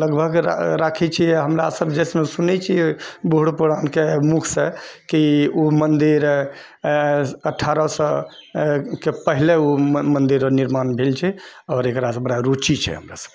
लगभग राखैत छियै हमरासभ जेसिना सुनैत छियै बूढ़ बुढानके मुखसँ कि ओ मन्दिर अठारह सएके पहले ओ मन्दिर निर्माण भेल छै आओर एकरासे बड़ा रुचि छै हमरासभके